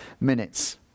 minutes